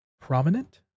prominent